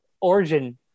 Origin